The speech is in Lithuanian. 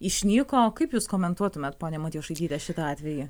išnyko kaip jūs komentuotumėt ponia matjošaityte šitą atvejį